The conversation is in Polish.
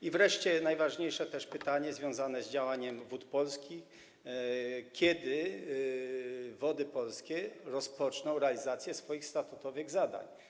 I wreszcie najważniejsze pytanie związane z działaniem Wód Polskich: Kiedy Wody Polskie rozpoczną realizację swoich statutowych zadań?